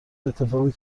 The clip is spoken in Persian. اتفاقی